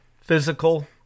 physical